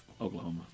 Oklahoma